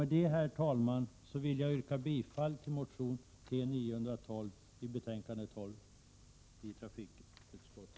Med detta, herr talman, yrkar jag bifall till motion T912 som tas upp i betänkande 12 från trafikutskottet.